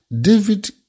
David